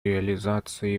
реализации